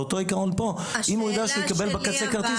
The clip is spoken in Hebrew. אם הוא יידע שהוא יקבל בקצה כרטיס,